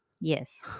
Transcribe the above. Yes